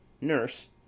Nurse